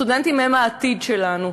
הסטודנטים הם העתיד שלנו.